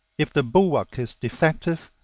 if the bulwark is defective,